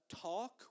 talk